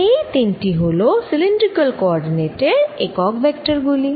এই তিনটি হল সিলিন্ড্রিকাল কোঅরডিনেট এর একক ভেক্টর গুলি